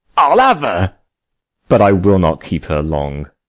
i'll have her but i will not keep her long.